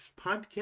podcast